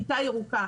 כיתה ירוקה.